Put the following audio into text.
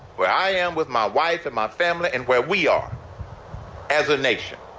where i am with my wife and my family and where we are as a nation.